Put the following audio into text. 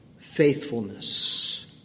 faithfulness